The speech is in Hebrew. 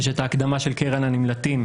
יש את ההקדמה של קרן הנמלטים,